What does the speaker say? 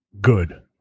Good